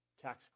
tax